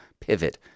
pivot